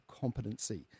competency